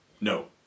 no